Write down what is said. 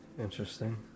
Interesting